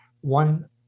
one